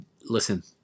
Listen